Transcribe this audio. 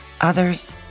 Others